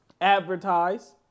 advertise